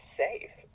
safe